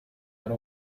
ari